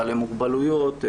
בעלי מוגבלויות,